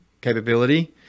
capability